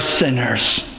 sinners